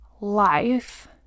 life